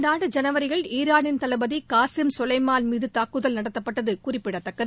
இந்தாண்டு ஜனவரியில் ஈரானின் தளபதி காசிம் கலைமான் மீது தாக்குதல் நடத்தப்பட்டது குறிப்பிடத்தக்கது